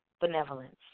benevolence